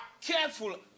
careful